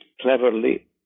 cleverly